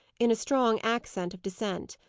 in a strong accent of dissent.